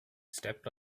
step